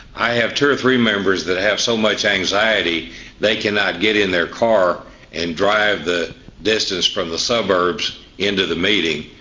i have two or three members that have so much anxiety they cannot get in their car and drive the distance from the suburbs into the meeting,